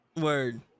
word